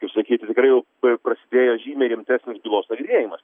kaip sakyti tikrai jau prasidėjo žymiai rimtesnis bylos nagrinėjimas